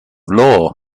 law